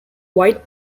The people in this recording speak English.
white